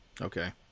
Okay